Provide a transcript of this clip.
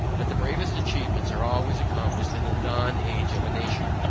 that the bravest achievements were always accomplished in the non age of a nation.